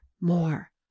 more